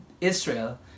Israel